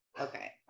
Okay